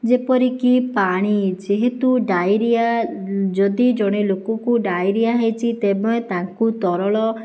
ଯେପରିକି ପାଣି ଯେହେତୁ ଡାଇରିଆ ଯଦି ଜଣେ ଲୋକକୁ ଡାଇରିଆ ହେଇଛି ତେବେ ତାଙ୍କୁ ତରଳ